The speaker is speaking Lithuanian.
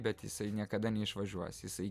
bet jisai niekada neišvažiuos jisai